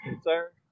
Sir